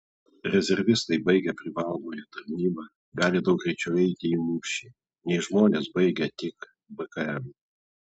rezervistai baigę privalomąją tarnybą gali daug greičiau eiti į mūšį nei žmonės baigę tik bkm